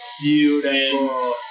Beautiful